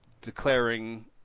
declaring